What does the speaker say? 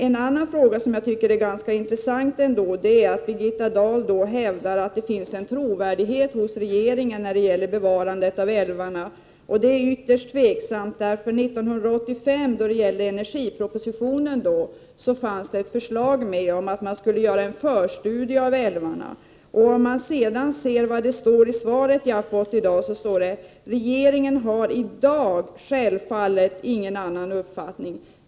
En annan sak som jag tycker är ganska intressant är att Birgitta Dahl hävdar att det finns en trovärdighet hos regeringen när det gäller bevarandet av älvarna. Det är ytterst tvivelaktigt. I 1985 års energiproposition föreslogs en förstudie av älvarna. I det svar jag har fått i dag står: ”Regeringen har idag självfallet ingen annan uppfattning ———.